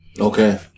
okay